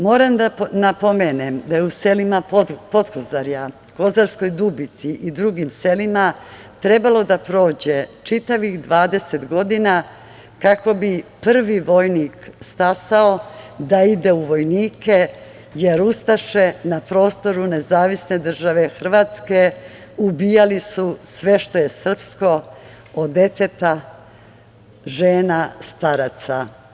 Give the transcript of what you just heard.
Moram da napomenem da je u selima Potkozarja, Kozarskoj Dubici i drugim selima trebalo da prođe čitavih 20 godina kako bi prvi vojnik stasao da ide u vojnike, jer ustaše na prostoru NDH ubijali su sve što je srpsko od deteta, žena, staraca.